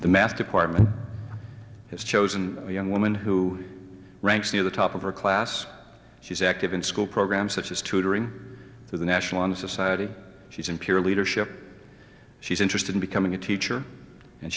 the math department has chosen a young woman who ranks near the top of her class she's active in school programs such as tutoring for the national honor society she's in peer leadership she's interested in becoming a teacher and